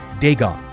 Dagon